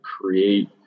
create